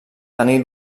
tenir